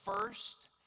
first